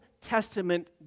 Testament